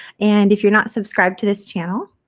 and if you're not subscribed to this channel,